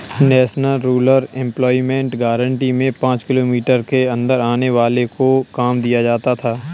national rural employment guarantee में पांच kilometre के अंदर आने वालो को काम दिया जाता था